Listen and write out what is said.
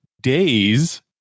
days